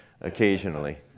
occasionally